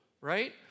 right